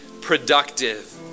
productive